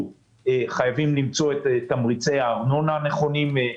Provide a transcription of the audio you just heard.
חייבים למצוא את תמריצי הארנונה הנכונים,